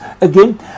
again